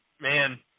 man